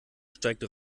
steigt